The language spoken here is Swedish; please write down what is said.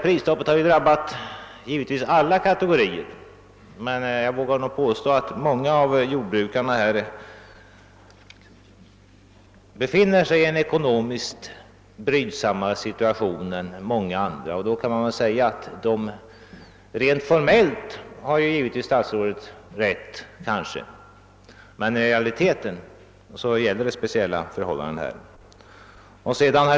Prisstoppet har givetvis drabbat alla kategorier av företagare, men jag vågar påstå att många jordbrukare befinner sig i en ekonomisk mera brydsam situation än en hel del andra företagare. Rent formellt har statsrådet kanske rätt, men i realiteten gäller här speciella förhållanden.